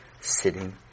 sitting